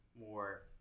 more